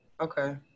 Okay